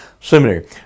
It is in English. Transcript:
seminary